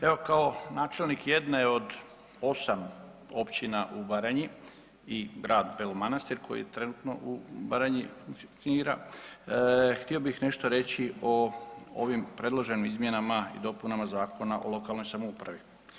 Evo kao načelnik jedne od 8 općina u Baranji i Grad Beli Manastir koji trenutno u Baranji funkcionira, htio bih nešto reći o ovim predloženim izmjenama i dopunama Zakona o lokalnoj samoupravi.